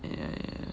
ya ya ya ya